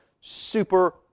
super